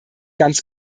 ganz